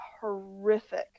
horrific